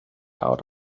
out